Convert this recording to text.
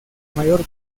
mayor